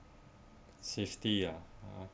fifty ah